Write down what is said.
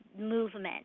movement